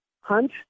hunt